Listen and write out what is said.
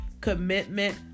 commitment